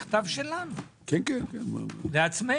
לעצמנו.